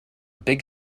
big